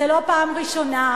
זו לא פעם ראשונה,